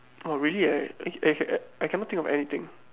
oh really eh I I cannot think of anything